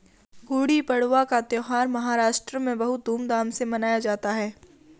गुड़ी पड़वा का त्यौहार महाराष्ट्र में बहुत धूमधाम से मनाया जाता है